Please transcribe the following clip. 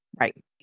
Right